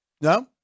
No